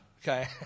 Okay